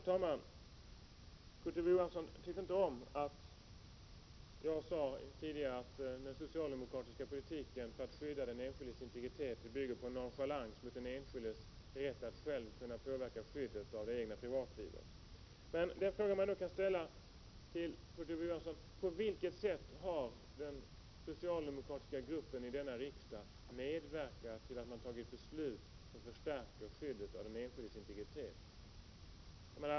Herr talman! Kurt Ove Johansson tyckte inte om att jag tidigare sade att den socialdemokratiska politiken för att skydda den enskildes integritet bygger på nonchalans mot den enskildes rätt att själv kunna påverka skyddet av det egna privatlivet. Men den fråga man då kan ställa till Kurt Ove Johansson är på vilket sätt den socialdemokratiska gruppen i denna riksdag har medverkat till att fatta beslut som stärker skyddet av den enskildes integritet.